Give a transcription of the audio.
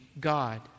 God